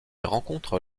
rencontre